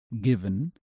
given